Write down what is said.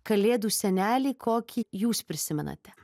kalėdų senelį kokį jūs prisimenate